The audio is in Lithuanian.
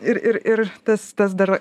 ir ir ir tas tas dar